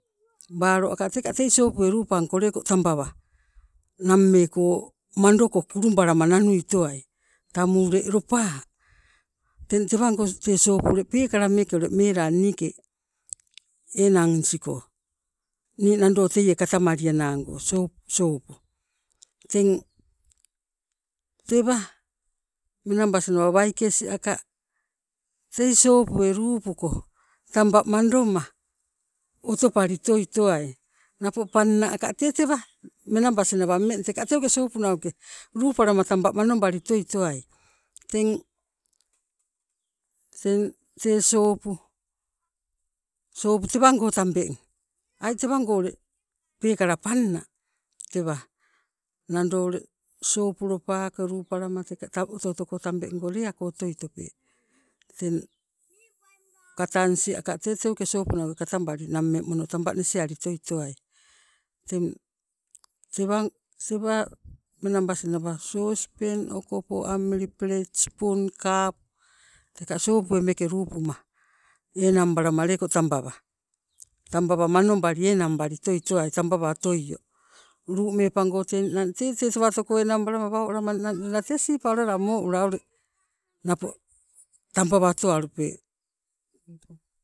Balo aka teka tei sopue lupangko tambawa nammeeko mandoko kulubalama nanui towai tamu ule lopa. Teng tewango tee sopu ule peekala meeke melang niike enang nisigo, nii nando teie katamalianago sopu sopu teng tewa menabas nawa waikes aka tei sopue luupuko tamba mandoma otopali towai napo pannaka tee tewa menabas nawa ummeng teka tee tei sopu nauke luupalama tamba manobali toi towai. Teng tee sopu, sopu tewango tambeng ai tewango ule peekala panna tewa, nando ule sopu lopake luupala teka oto otoko tambengo leako otoi tope. teng katanis aka teuke sopu naukai katambali nammee mono tamba nesiali otoi towai. Teng tewa menabas nawa sospeng okopo amili plate, spoon, cup teka sopoi meeke luupuma enang balama leko tambawa, tambawa manobali enangbali toi towai tambawa otoio, luumepango ninang tee tewatoko enangbalama waun alama ninang tee siipa mo ula ule napo tambawa oto walupe.